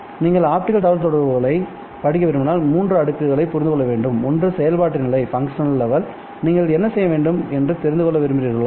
நீங்கள் ஆப்டிகல் தகவல்தொடர்புகளைப் படிக்க விரும்பினால் 3 அடுக்குகளைப்3 layers புரிந்து கொள்ள வேண்டும் ஒன்று செயல்பாட்டு நிலை நீங்கள் என்ன செய்ய வேண்டும் என்று தெரிந்து கொள்ள விரும்புகிறீர்களா